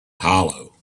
hollow